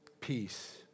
peace